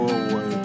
away